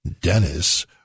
Dennis